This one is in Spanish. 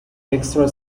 extra